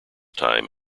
time